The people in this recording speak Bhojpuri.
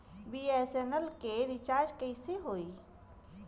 बी.एस.एन.एल के रिचार्ज कैसे होयी?